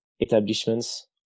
establishments